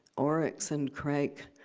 oryx and crake,